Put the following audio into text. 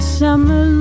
summer